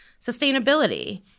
sustainability